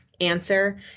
answer